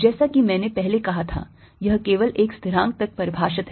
जैसा कि मैंने पहले कहा था यह केवल एक स्थिरांक तक परिभाषित है